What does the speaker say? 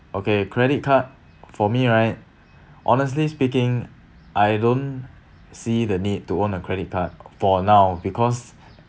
okay credit card for me right honestly speaking I don't see the need to own a credit card for now because